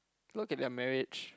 look at their marriage